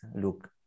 look